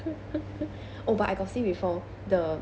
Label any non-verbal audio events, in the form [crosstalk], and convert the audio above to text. [laughs] oh but I got see before the